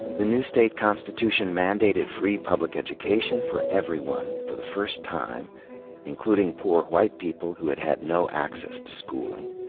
the new state constitution mandated free public education for everyone, for the first time including poor white people who had had no access to schooling.